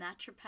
naturopath